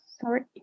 Sorry